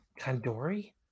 kandori